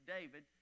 David